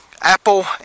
Apple